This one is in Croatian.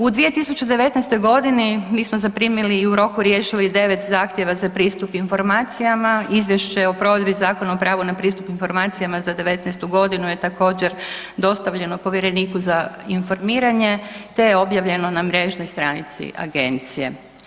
U 2019. g. mi smo zaprimili i u roku riješili 9 zahtjev za pristup informacijama, izvješće o provedbi Zakona o pravu na pristup informacijama za 2019. je također dostavljeno povjereniku za informiranje te je objavljeno na mrežnoj stranici agencije.